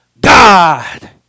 God